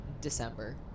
December